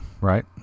right